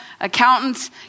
accountants